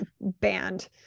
band